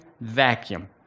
vacuum